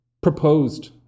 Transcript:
Proposed